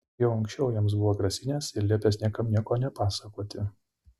jau anksčiau joms buvo grasinęs ir liepęs niekam nieko nepasakoti